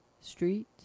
Street